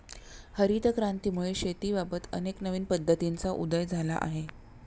हरित क्रांतीमुळे शेतीबाबत अनेक नवीन पद्धतींचा उदय झाला आहे